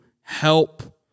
help